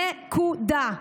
נקודה.